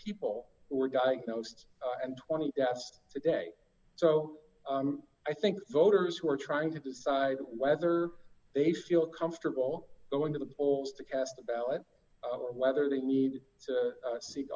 people were diagnosed and twenty that's today so i think voters who are trying to decide whether they feel comfortable going to the polls to cast a ballot or whether they need to seek